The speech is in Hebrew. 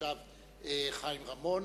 חיים רמון